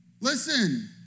Listen